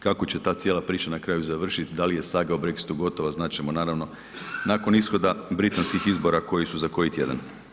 Kako će ta cijela priča na kraju završiti, da li je saga o Brexitu gotova, znati ćemo naravno nakon ishoda britanskih izbora koji su za koji tjedan.